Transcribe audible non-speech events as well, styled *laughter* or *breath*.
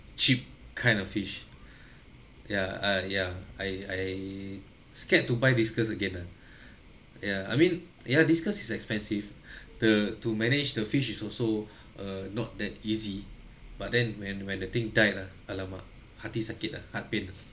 cheap kind of fish *breath* ya uh ya I I scared to buy discus again ah *breath* ya I mean ya discus is expensive *breath* the to manage the fish is also *breath* uh not that easy but then when when the thing died lah !alamak! hati sakit ah heart pain ah